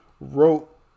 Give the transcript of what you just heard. wrote